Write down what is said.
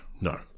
no